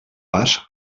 pas